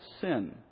sin